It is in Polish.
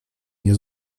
nie